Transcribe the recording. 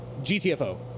GTFO